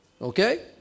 Okay